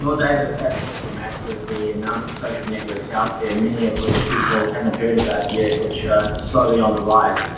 um david it's absolutely massive, the amount of social networks out there, many of which people haven't heard about yet, which are slowly on the rise.